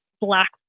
black